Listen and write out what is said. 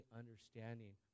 understanding